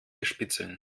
bespitzeln